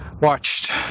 watched